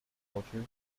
agriculture